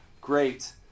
Great